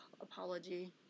apology